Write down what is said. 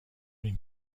این